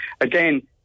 Again